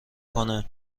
کنه